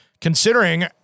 considering